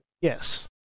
yes